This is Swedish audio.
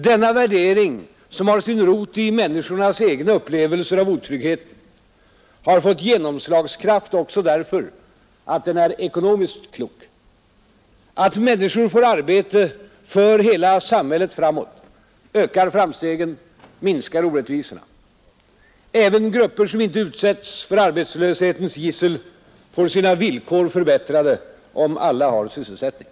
Denna värdering, som har sin rot i människornas egna upplevelser av otryggheten, har fått genomslagskraft också därför att den är ekonomiskt klok. Att människor får arbete för hela samhället framåt, ökar framstegen, minskar orättvisorna. Även grupper som inte utsätts för arbetslöshetens gissel får sina villkor förbättrade om alla har sysselsättning.